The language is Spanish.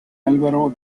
álvaro